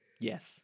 Yes